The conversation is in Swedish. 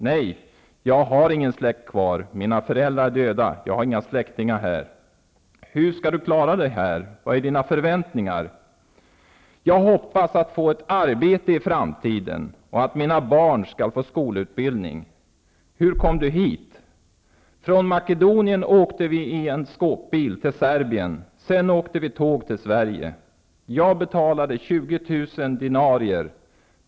Nej, jag har ingen släkt kvar. Mina föräldrar är döda. Jag har inga släktingar här. -- Hur skall du klara dig här? Vilka är dina förväntningar? -- Jag hoppas att få ett arbete i framtiden och att mina barn skall få skolutbildning. -- Hur kom du hit? -- Från Makedonien åkte vi i en skåpbil till Serbien. Sedan åkte vi tåg till Sverige. jag betalade 20 000 dinarer.